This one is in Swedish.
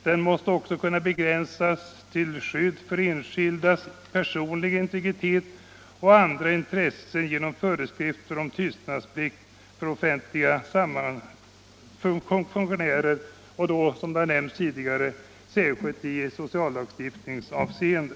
Den måste också kunna begränsas till skydd för enskildas personliga integritet och andra intressen genom föreskrifter om tystnadsplikt för offentliga funktionärer — särskilt i sociallagstiftningshänseende.